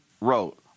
wrote